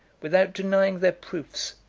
without denying their proofs,